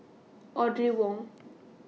Audrey Wong